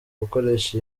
gukoresha